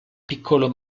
piccolo